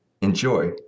Enjoy